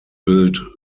build